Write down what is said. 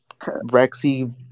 Rexy-